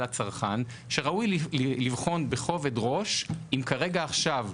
הצרכן שראוי לבחון בכובד ראש אם כרגע עכשיו,